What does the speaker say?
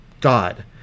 god